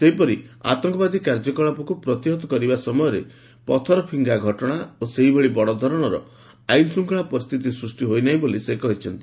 ସେହିପରି ଆତଙ୍କବାଦୀ କାର୍ଯ୍ୟକଳାପକୁ ପ୍ରତିହତ କରିବା ସମୟରେ ପଥର ଫିଙ୍ଗା ଘଟଣା ଓ ସେଭଳି ବଡ଼ ଧରଣର ଆଇନ ଶୃଙ୍ଖଳା ପରିସ୍ଥିତି ସୃଷ୍ଟି ହୋଇ ନାହିଁ ବୋଲି ସେ କହିଛନ୍ତି